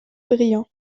brillant